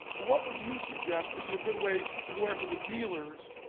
what would you suggest would be a good way to go after the dealers,